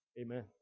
Amen